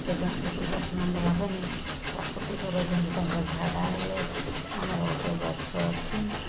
ଜୀବଜନ୍ତୁଙ୍କ ଯତ୍ନ ନେବାପାଇଁ ପ୍ରାକୃତିକର ଯେମିତି ତାଙ୍କର ଝାଡ଼ା ହେଲେ ଆମର ଗୋଟିଏ ଗଛ ଅଛି